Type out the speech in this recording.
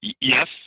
Yes